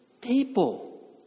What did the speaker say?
people